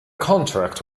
contract